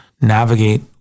navigate